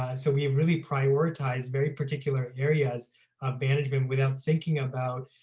ah so we have really prioritized very particular areas of management without thinking about